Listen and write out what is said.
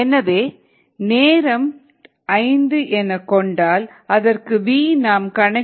எனவே நேரம் ஐந்து எனக் கொண்டால் அதற்கு v நாம் கணக்கிட்டது 0